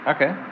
Okay